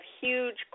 huge